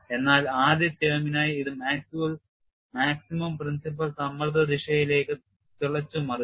എന്നാൽ ആദ്യ ടേമിനായി ഇത് maximum principal സമ്മർദ്ദ ദിശയിലേക്ക് തിളച്ചുമറിയുന്നു